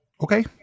Okay